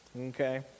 okay